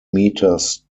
meters